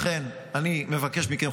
אני מבקש מכם,